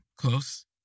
close